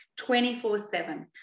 24-7